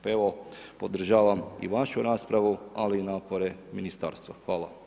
Pa evo podržavam i vašu raspravu ali i napore ministarstva, hvala.